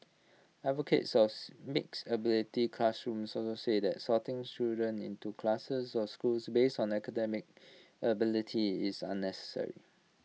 advocates mix ability classrooms also say that sorting children into classes or schools base on academic ability is unnecessary